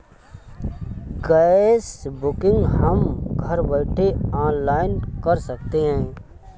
gas booking हम घर बैठे ऑनलाइन कर सकते है